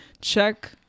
Check